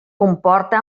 comporta